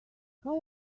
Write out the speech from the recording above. how